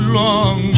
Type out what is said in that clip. long